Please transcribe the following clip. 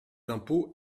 impôts